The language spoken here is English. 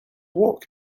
work